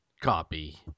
Copy